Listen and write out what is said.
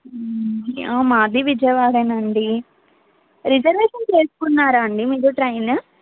మాదీ విజయవాడేనండి రిజర్వేషన్ చేసుకున్నారా అండి మీరు ట్రైను